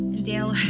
Dale